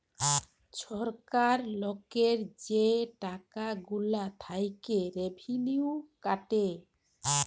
ছরকার লকের যে টাকা গুলা থ্যাইকে রেভিলিউ কাটে